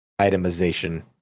itemization